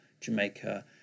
Jamaica